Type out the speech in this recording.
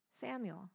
Samuel